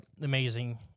amazing